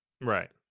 Right